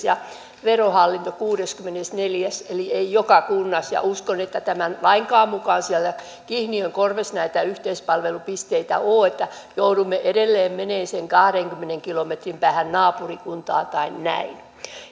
ja verohallinto kuudessakymmenessäneljässä eli ei joka kunnassa ja uskon ettei tämän lainkaan mukaan siellä kihniön korvessa näitä yhteispalvelupisteitä ole niin että joudumme edelleen menemään sen kahdenkymmenen kilometrin päähän naapurikuntaan tai näin